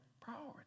priority